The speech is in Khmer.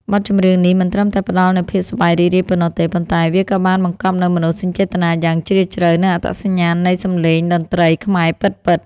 បទចម្រៀងនេះមិនត្រឹមតែផ្ដល់នូវភាពសប្បាយរីករាយប៉ុណ្ណោះទេ ប៉ុន្តែវាក៏បានបង្កប់នូវមនោសញ្ចេតនាយ៉ាងជ្រាលជ្រៅ និងអត្តសញ្ញាណនៃសម្លេងតន្ត្រីខ្មែរពិតៗ។